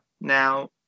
Now